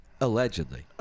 allegedly